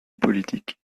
politique